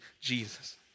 Jesus